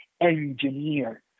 engineer